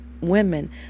women